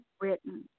written